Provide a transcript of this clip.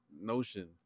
notion